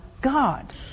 God